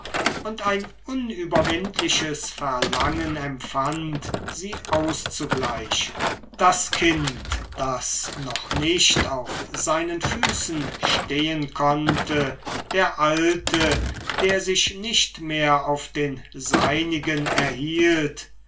und ein unüberwindliches verlangen empfand sie auszugleichen das kind das noch nicht auf seinen füßen stehen konnte der alte der sich nicht mehr auf den seinigen erhielt